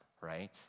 right